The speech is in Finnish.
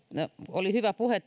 oli tuossa hyvä puhe